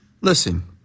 Listen